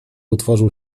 utworzył